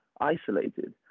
isolated